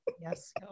Yes